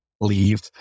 leave